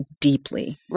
deeply